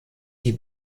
die